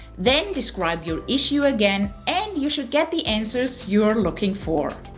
then describe your issue again, and you should get the answers you're looking for.